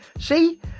See